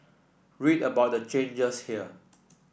read about the changes here